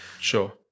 Sure